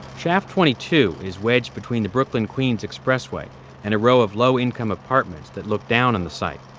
shaft twenty two is wedged between the brooklyn queens expressway and a row of low-income apartments that look down on the site.